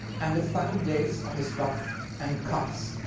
and the fine lace on his ruff and cuffs.